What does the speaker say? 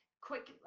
quick